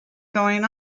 going